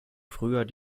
früher